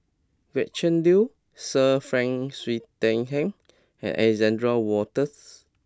Gretchen Liu Sir Frank Swettenham and Alexander Wolters